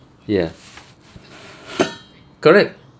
ya correct